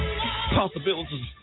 Possibilities